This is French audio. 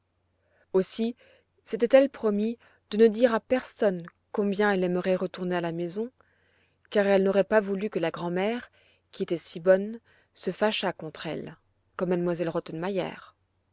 aussi s'était-elle promis de ne dire à personne combien elle aimerait retourner à la maison car elle n'aurait pas voulu que la grand'maman qui était si bonne se fâchât contre elle comme